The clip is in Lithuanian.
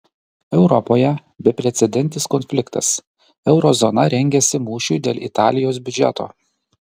europoje beprecedentis konfliktas euro zona rengiasi mūšiui dėl italijos biudžeto